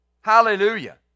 Hallelujah